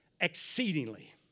exceedingly